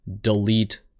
delete